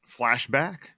Flashback